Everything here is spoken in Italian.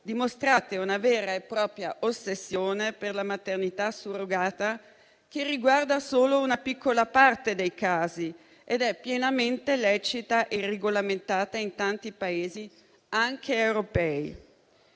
Dimostrate una vera e propria ossessione per la maternità surrogata, che riguarda solo una piccola parte dei casi ed è pienamente lecita e regolamentata in tanti Paesi, anche europei.